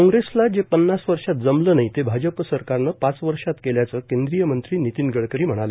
काँग्रेसला जे पन्नास वर्षात जमलं नाही ते भाजप सरकारनं पाच वर्षात केल्याचं केंद्रीय मंत्री नितीन गडकरी म्हणाले